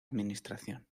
administración